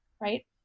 right